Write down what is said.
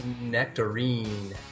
Nectarine